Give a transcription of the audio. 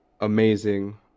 amazing